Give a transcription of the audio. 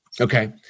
Okay